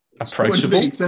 approachable